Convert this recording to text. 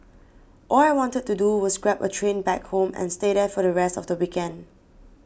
all I wanted to do was grab a train back home and stay there for the rest of the weekend